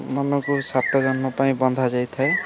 ମନକୁ ସାତଜନ୍ମ ପାଇଁ ବନ୍ଧାଯାଇ ଥାଏ